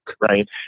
right